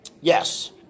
Yes